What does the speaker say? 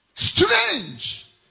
strange